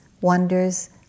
wonders